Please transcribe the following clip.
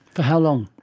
for how long?